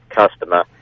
customer